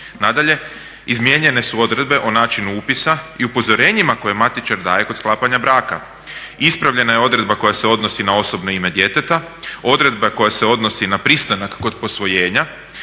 Nadalje, izmijenjene su odredbe o načinu upisa i upozorenjima koje matičar daje kod sklapanja braka. Ispravljena je odredba koja se odnosi na osobno ime djeteta, odredba koja se odnosi na pristanak kod posvojenja.